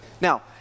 Now